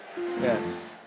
Yes